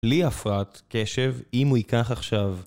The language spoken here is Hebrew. לי הפרעת קשב אם הוא ייקח עכשיו